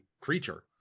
creature